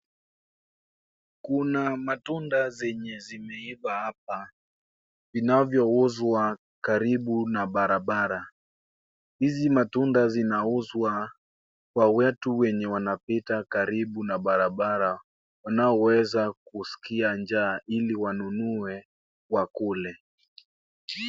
Kuna matunda zenye zimeiva hapa, inavyouzwa karibu na barabara. Hizi matunda zinauzwa kwa watu wenye wanapita karibu na barabara wanaoweza kuskia njaa ili wanunue wakule.